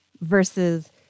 versus